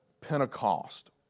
Pentecost